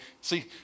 See